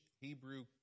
Hebrew